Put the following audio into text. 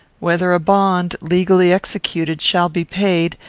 whether a bond, legally executed, shall be paid,